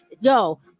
Yo